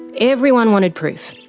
everyone wanted proof.